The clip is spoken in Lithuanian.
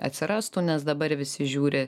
atsirastų nes dabar visi žiūri